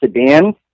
sedan